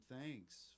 thanks